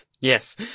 Yes